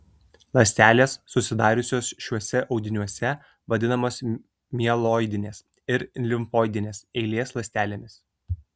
ląstelės susidariusios šiuose audiniuose vadinamos mieloidinės ir limfoidinės eilės ląstelėmis